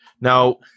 Now